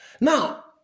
Now